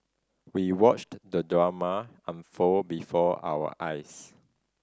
we watched the drama unfold before our eyes